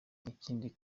ikindi